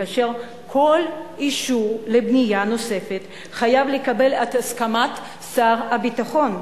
כאשר כל אישור לבנייה נוספת חייב לקבל את הסכמת שר הביטחון,